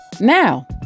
Now